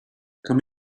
come